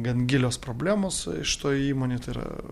gan gilios problemos šitoj įmonei tai yra